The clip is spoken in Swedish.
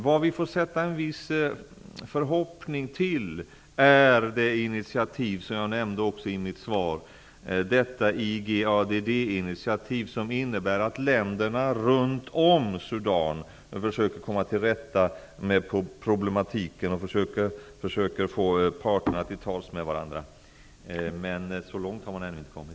Vad vi får sätta en viss förhoppning till är det initiativ som jag också nämnde i mitt svar, det initiativ från IGADD som innebär att länderna runt om Sudan försöker komma till rätta med problemen och få parterna att komma till tals med varandra. Så långt har man dock ännu inte kommit.